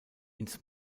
ins